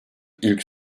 ilk